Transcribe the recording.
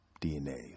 DNA